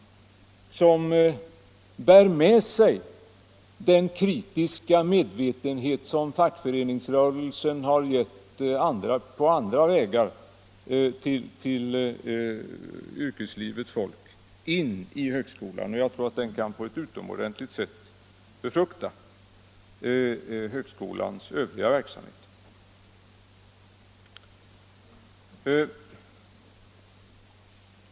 Den visar att yrkeslivets folk bär med sig in i högskolan den kritiska medvetenhet som fackföreningsrörelsen på andra vägar givit dem och jag tror att den på ett utomordentligt sätt kan befrukta högskolans övriga verksamhet.